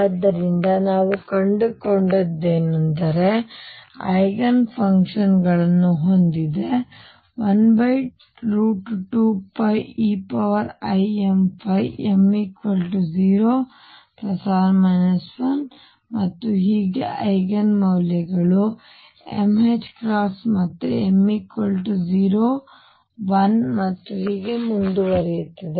ಆದ್ದರಿಂದ ನಾವು ಕಂಡುಕೊಂಡದ್ದು ಏನೆಂದರೆ Lz ಐಗನ್ ಫಂಕ್ಷನ್ ಗಳನ್ನು ಹೊಂದಿದೆ 12πeimϕ m 0 1 ಮತ್ತು ಹೀಗೆ ಮತ್ತು ಐಗನ್ ಮೌಲ್ಯಗಳು m ಮತ್ತೆ m 0 1 ಮತ್ತು ಹೀಗೆ ಮುಂದುವರೆಯುತ್ತದೆ